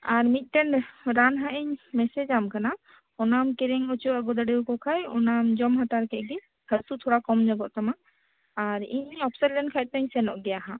ᱟᱨ ᱢᱤᱫᱴᱮᱱ ᱨᱟᱱ ᱦᱟᱸᱜ ᱤᱧ ᱢᱮᱥᱮᱡᱟᱢ ᱠᱟᱱᱟ ᱚᱱᱟᱢ ᱠᱤᱨᱤᱧ ᱚᱪᱚ ᱫᱟᱲᱮᱣᱟᱠᱚ ᱠᱷᱟᱱ ᱚᱱᱟᱢ ᱡᱚᱢ ᱦᱟᱛᱟᱲ ᱠᱮᱫ ᱜᱮ ᱦᱟᱥᱩ ᱛᱷᱚᱲᱟ ᱠᱚᱢ ᱧᱚᱜ ᱠᱚᱜ ᱛᱟᱢᱟ ᱟᱨ ᱤᱧᱤᱧ ᱚᱯᱥᱚᱨ ᱞᱮᱱ ᱠᱷᱟᱱ ᱛᱚᱧ ᱥᱮᱱᱚᱜ ᱜᱮᱭᱟ ᱦᱟᱸᱜ